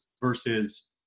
versus